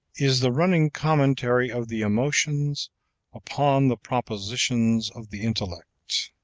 is the running commentary of the emotions upon the propositions of the intellect.